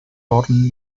torn